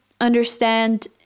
understand